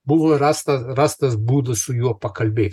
buvo ir rasta rastas būdų su juo pakalbėt